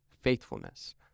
faithfulness